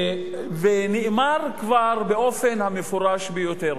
נאמר כבר על-ידי אחד המציעים באופן המפורש ביותר,